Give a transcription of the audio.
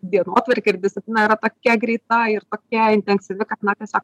dienotvarkė ir disciplina yra tokia greita ir tokia intensyvi kad na tiesiog